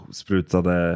sprutade